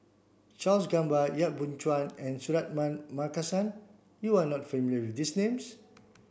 Charles Gamba Yap Boon Chuan and Suratman Markasan you are not familiar with these names